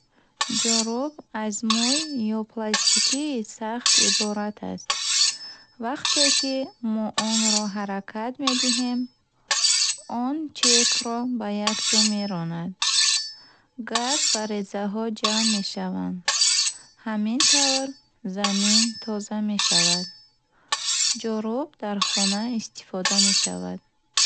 Ҷорӯб аз мӯй ё пластикии сахт иборат аст. Вақте ки мо онро ҳаракат медиҳем, он чиркро ба як ҷо меронад. Гард ва резаҳо ҷамъ мешаванд. Ҳамин тавр, замин тоза мешавад. Ҷорӯб дар хона истифода мешавад.